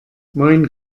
moin